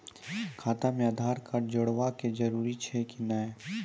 खाता म आधार कार्ड जोड़वा के जरूरी छै कि नैय?